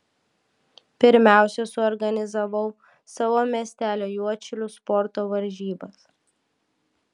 pirmiausia suorganizavau savo miestelio juodšilių sporto varžybas